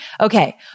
Okay